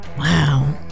Wow